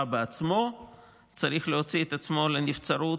בעצמו צריך להוציא את עצמו לנבצרות.